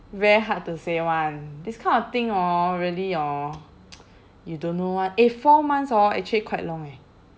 very hard to say [one] this kind of thing hor really hor you don't know [one] eh four months hor actually quite long eh